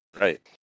Right